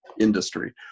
industry